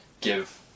give